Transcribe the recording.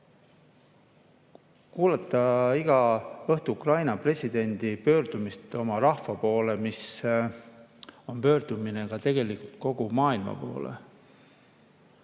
kuulame iga õhtu Ukraina presidendi pöördumist oma rahva poole, mis on pöördumine ka tegelikult kogu maailma poole.